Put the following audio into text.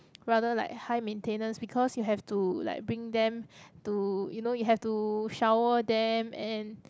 rather like high maintenance because you have to like bring them to you know you have to shower them and